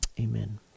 amen